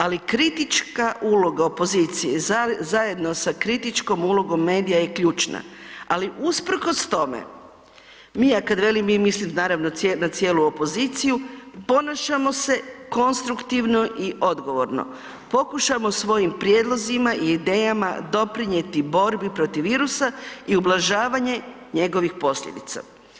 Ali kritička uloga opozicije zajedno sa kritičkom ulogom medija je ključna, ali usprkos tome mi ja kada velim mislim naravno na cijelu opoziciju, ponašamo se konstruktivno i odgovorno, pokušamo svojim prijedlozima i idejama doprinijeti borbi protiv virusa i ublažavanje njegovih posljedica.